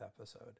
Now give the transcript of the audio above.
episode